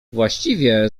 właściwie